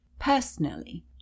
Personally